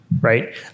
right